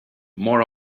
more